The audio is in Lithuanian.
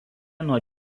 nuo